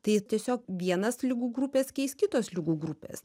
tai tiesiog vienas ligų grupės keis kitos ligų grupės